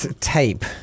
Tape